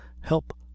help